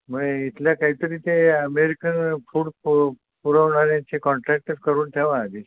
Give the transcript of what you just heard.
मग इथले काहीतरी ते अमेरिकन फूड पो पुरवणाऱ्यांशी कॉन्टॅक्ट करून ठेवा आधी